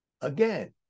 again